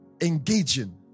engaging